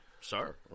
Sir